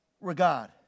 regard